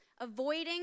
avoiding